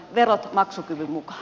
verot maksukyvyn mukaan